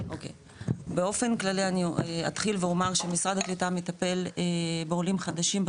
באופן כללי אני אתחיל ואומר שמשרד הקליטה מטפל בעולים חדשים,